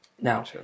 Now